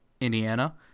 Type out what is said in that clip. Indiana